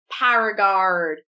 Paragard